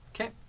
Okay